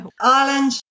Ireland